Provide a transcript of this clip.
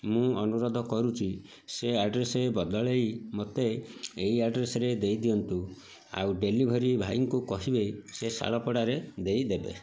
ମୁଁ ଅନୁରୋଧ କରୁଛି ସେ ଆଡ଼୍ରେସ୍ ବଦଳାଇ ମୋତେ ଏଇ ଆଡ଼୍ରେସ୍ରେ ଦେଇଦିଅନ୍ତୁ ଆଉ ଡ଼େଲିଭରି ଭାଇଙ୍କୁ କହିବେ ସେ ଶାଳପଡ଼ାରେ ଦେଇଦେବେ